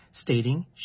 stating